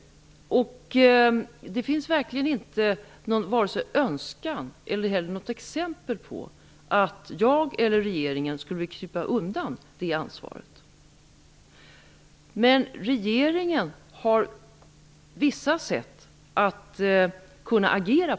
Det finns verkligen inte någon önskan och inte heller något exempel på att jag eller regeringen skulle vilja slippa undan från det ansvaret. Men regeringen har vissa sätt att agera.